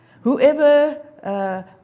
Whoever